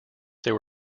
there